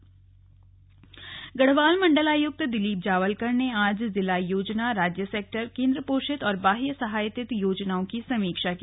slug बैठक उत्तरकाशी गढ़वाल मंडलायुक्त दिलीप जावलकर ने आज जिला योजना राज्य सेक्टर केन्द्रपोषित और बाह्य सहायतित योजनाओं की समीक्षा की